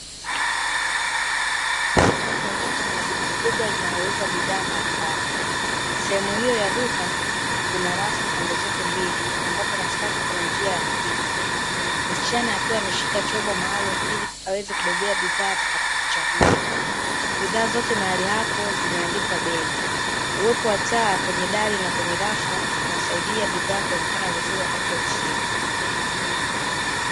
Sehemu ya duka kubwa linalouza bidhaa mbalimbali, sehemu hiyo ya duka kuna rafu pande zote mbili, ambapo katikati kuna njia ya kupita, msichana akiwa ameshika chombo maalum ili aweze kubebea bidhaa atakazo zichagua. Bidhaa zote mahali hapo zimeandikwa bei, uwepo wa taa kwenye dali na kwenye rafu unasaidia bidhaa kuonekana vizuri wakati wa usiku.